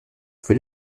für